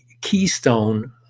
keystone